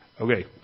Okay